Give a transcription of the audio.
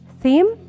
theme